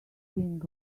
thing